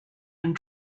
and